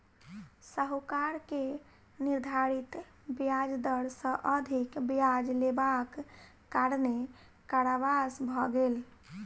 साहूकार के निर्धारित ब्याज दर सॅ अधिक ब्याज लेबाक कारणेँ कारावास भ गेल